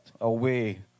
Away